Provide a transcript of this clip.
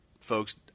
Folks